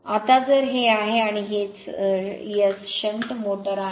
आता जर हे आहे आणि हेच S शंट मोटर आहे